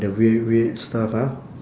the weird weird stuff ah